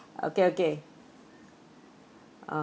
okay okay uh